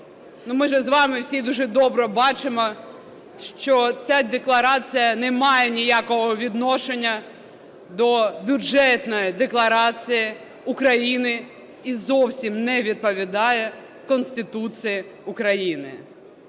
Ми ж з вами всі дуже добре бачимо, що ця декларація не має ніякого відношення до Бюджетної декларації України і зовсім не відповідає Конституції України.